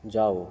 जाओ